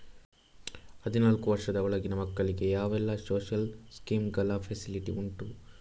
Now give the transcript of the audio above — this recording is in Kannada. ಹದಿನಾಲ್ಕು ವರ್ಷದ ಒಳಗಿನ ಮಕ್ಕಳಿಗೆ ಯಾವೆಲ್ಲ ಸೋಶಿಯಲ್ ಸ್ಕೀಂಗಳ ಫೆಸಿಲಿಟಿ ಉಂಟು?